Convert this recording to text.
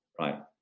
right